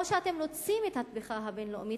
או שאתם רוצים את התמיכה הבין-לאומית